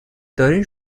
دارین